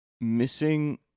missing